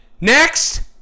Next